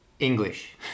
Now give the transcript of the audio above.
English